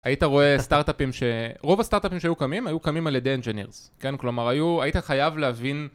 היית רואה סטארט-אפים ש... רוב הסטארט-אפים שהיו קמים, היו קמים על ידי אנג'ינג'ינרס, כן? כלומר, היית חייב להבין...